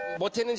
what did